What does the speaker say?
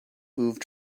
moved